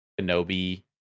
Kenobi